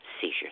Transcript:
seizures